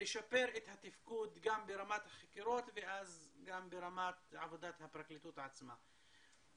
ולשפר את התפקוד גם ברמת החקירות ואז גם ברמת עבודת הפרקליטות עצמה.